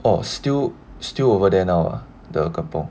oh still still over there now uh the kampung